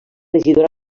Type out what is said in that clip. regidora